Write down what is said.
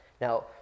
Now